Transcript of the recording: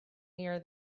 near